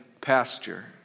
pasture